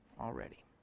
already